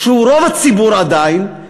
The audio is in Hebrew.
שהוא רוב הציבור עדיין,